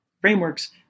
frameworks